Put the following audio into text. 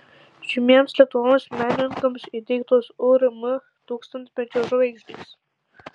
žymiems lietuvos menininkams įteiktos urm tūkstantmečio žvaigždės